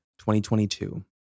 2022